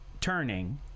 turning